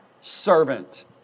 servant